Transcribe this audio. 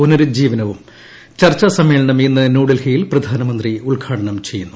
പുനരുജ്ജീവനവും ചർച്ചാ സമ്മേളനം ഇന്ന് ന്യൂഡൽഹിയിൽ പ്രധാനമന്ത്രി ഉദ്ദ്ഘാടനം ചെയ്യുന്നു